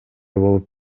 болуп